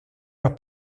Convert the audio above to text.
los